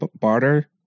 barter